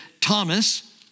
Thomas